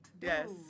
Yes